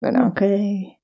Okay